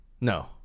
No